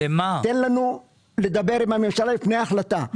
תן לנו לדבר עם הממשלה לפני ההחלטה.